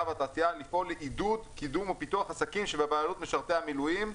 והכלכלה לפעול לעידוד קידום ופיתוח עסקים שבבעלות משרתי המילואים."